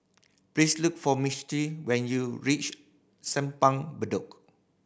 please look for Misti when you reach Simpang Bedok